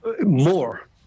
More